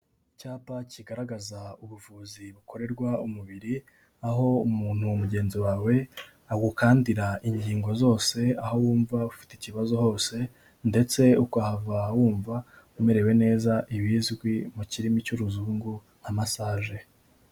Icyapa kigaragaza ubuvuzi bukorerwa umubiri, aho umuntu mugenzi wawe agukandira ingingo zose, aho wumva ufite ikibazo hose ndetse ukahava wumva umerewe neza ibizwi mu kirimi cy'uruzungu nka massage.